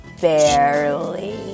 barely